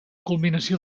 culminació